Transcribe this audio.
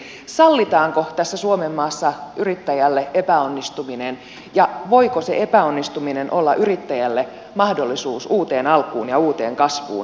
sallitaanko tässä suomenmaassa yrittäjälle epäonnistuminen ja voiko se epäonnistuminen olla yrittäjälle mahdollisuus uuteen alkuun ja uuteen kasvuun